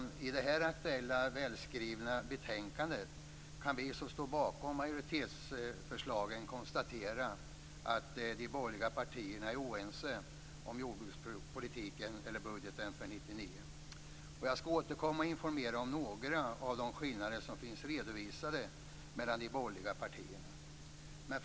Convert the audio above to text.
Vad gäller det aktuella välskrivna betänkandet kan vi som står bakom majoritetsförslagen konstatera att de borgerliga partierna är oense om jordbrukspolitiken och jordbruksbudgeten för 1999. Jag skall återkomma och informera om några av de skillnader som finns redovisade mellan de borgerliga partierna.